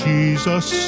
Jesus